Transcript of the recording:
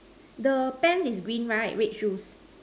the pants is green right red shoes